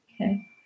Okay